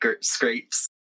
scrapes